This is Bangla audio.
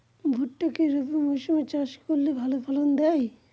ভুট্টা কি রবি মরসুম এ চাষ করলে ভালো ফলন দেয়?